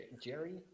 jerry